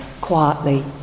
quietly